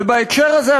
ובהקשר הזה,